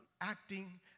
acting